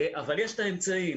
אבל יש את האמצעים.